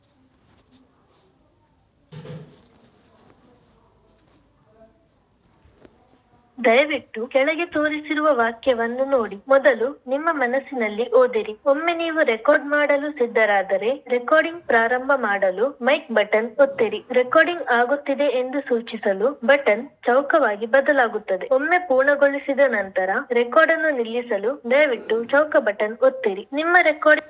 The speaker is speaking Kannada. ಶುಲ್ಕದ ಮಟ್ಟ ಒಂದ ಅನುಪಾತದ್ ಪ್ರಮಾಣ ಅಥವಾ ಮಾನದಂಡದ ಪ್ರಕಾರ ನಿಗದಿಪಡಿಸಿದ್ ಶುಲ್ಕ ಪಾವತಿ ಇಲ್ಲಾ ಬೆಲೆಯಾಗಿರ್ತದ